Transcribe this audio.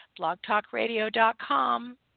blogtalkradio.com